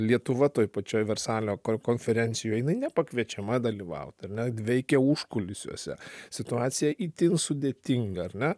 lietuva toj pačioj versalio konferencijoj jinai nepakviečiama dalyvaut ar ne veikė užkulisiuose situacija itin sudėtinga ar ne